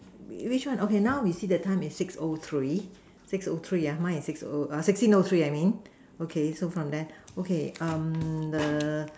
which one okay now we see the time is six o three ah mine is six o sixteen o three I mean okay so from there okay um the